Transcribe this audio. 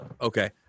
Okay